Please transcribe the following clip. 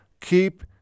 keep